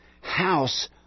house